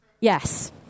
Yes